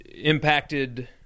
impacted